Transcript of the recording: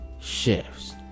shifts